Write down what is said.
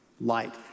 light